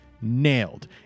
nailed